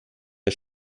der